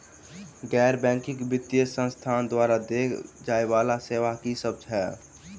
गैर बैंकिंग वित्तीय संस्थान द्वारा देय जाए वला सेवा की सब है?